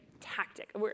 tactic